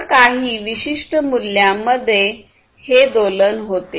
तर काही विशिष्ट मूल्यांमध्ये हे दोलन होते